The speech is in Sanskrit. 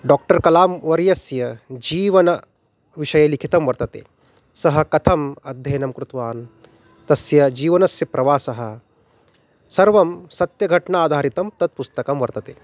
डाक्टर् कलां वर्यस्य जीवनविषये लिखितं वर्तते सः कथम् अध्ययनं कृतवान् तस्य जीवनस्य प्रवासः सर्वं सत्यघट्नाधारितं तत् पुस्तकं वर्तते